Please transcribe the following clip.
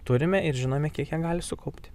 turime ir žinome kiek ji gali sukaupti